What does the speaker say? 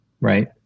Right